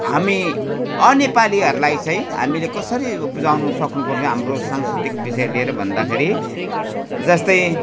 हामी अनेपालीहरूलाई चाहिँ हामीले कसरी बुझाउन सक्नुपर्ने हाम्रो सांस्कृतिक विषय लिएर भन्दाखेरि जस्तै